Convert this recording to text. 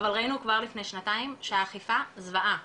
אבל ראינו כבר לפני שנתיים שהאכיפה זוועה,